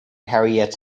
harriett